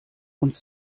und